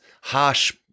harsh